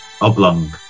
oblong